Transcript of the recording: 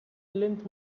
length